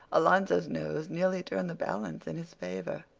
alonzo's nose nearly turned the balance in his favor.